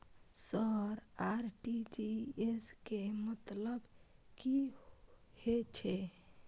Sir RTGS के मतलब की हे छे?